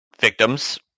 victims